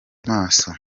maso